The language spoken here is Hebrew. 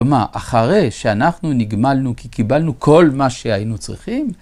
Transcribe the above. כלומר, אחרי שאנחנו נגמלנו כי קיבלנו כל מה שהיינו צריכים.